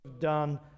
done